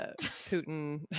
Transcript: Putin